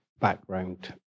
background